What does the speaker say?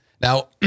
now